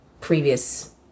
previous